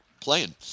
playing